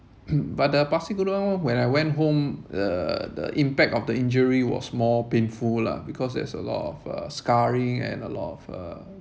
but the pasir gudang one when I went home uh the impact of the injury was more painful lah because there's a lot of uh scarring and a lot of uh